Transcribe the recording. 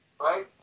right